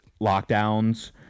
lockdowns